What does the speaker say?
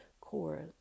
core